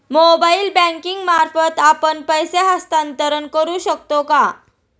Mobile banking मार्फत आपण पैसे हस्तांतरण करू शकतो का?